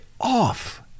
off